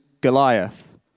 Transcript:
Goliath